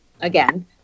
Again